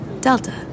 Delta